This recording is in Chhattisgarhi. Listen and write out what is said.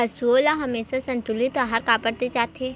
पशुओं ल हमेशा संतुलित आहार काबर दे जाथे?